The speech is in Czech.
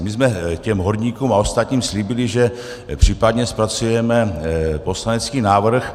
My jsme těm horníkům a ostatním slíbili, že případně zpracujeme poslanecký návrh.